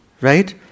right